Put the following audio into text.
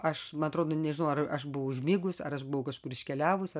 aš man atrodo nežinau ar aš buvau užmigus ar aš buvau kažkur iškeliavus ar